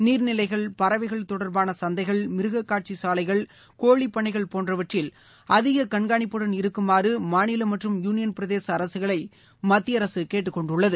நீர்நிலைகள் பறவைகள் தொடர்பான சந்தைகள் மிருக காட்சி சாலைகள் கோழிப்பண்ணைகள் போன்றவற்றில் அதிக கண்காணிப்புடன் இருக்குமாறு மாநில மற்றும் யூளியன் பிரதேச அரசுகளை மத்திய அரசு கேட்டுக்கொண்டுள்ளது